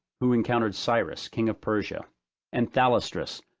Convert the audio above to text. who encountered cyrus, king of persia and thalestris,